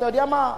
אתה יודע מה?